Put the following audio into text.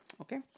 okay